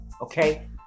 okay